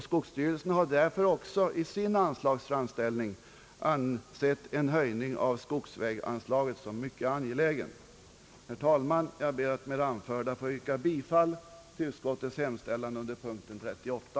Skogsstyrelsen har därför också i sin anslagsframställning ansett en höjning av skogsväganslaget som mycket angelägen. Jag ber, herr talman, att med det anförda få yrka bifall till utskottets hemställan under punkten 38.